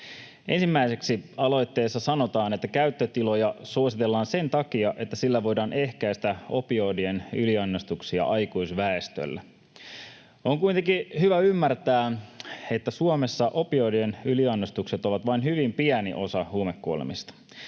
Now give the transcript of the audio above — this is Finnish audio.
Ensimmäiseksi aloitteessa sanotaan, että käyttötiloja suositellaan sen takia, että sillä voidaan ehkäistä opioidien yliannostuksia aikuisväestöllä. On kuitenkin hyvä ymmärtää, että Suomessa opioidien yliannostukset ovat vain hyvin pieni osa huumekuolemista,